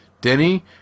Denny